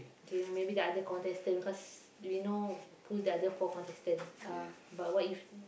okay then maybe the other contestant cause we know who the other four contestant are but what if